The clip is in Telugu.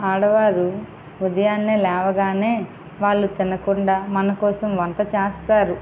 ఆడవారు ఉదయాన లేవగానే వాళ్ళు తినకుండా మన కోసం వంట చేస్తారు